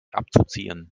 abzuziehen